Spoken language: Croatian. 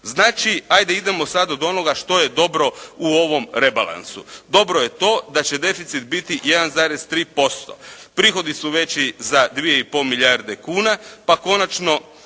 Znači, ajde idemo sad od onoga što je dobro u ovom rebalansu. Dobro je to da će deficit biti 1,3%, prihodi su veći za 2 i pol milijarde kuna pa konačno